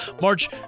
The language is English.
March